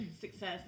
success